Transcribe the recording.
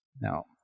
Now